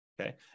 Okay